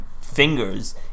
fingers